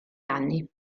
anni